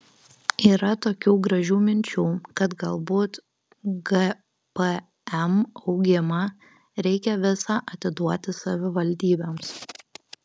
yra tokių gražių minčių kad galbūt gpm augimą reikia visą atiduoti savivaldybėms